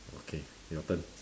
okay your turn